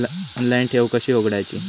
Online ठेव कशी उघडायची?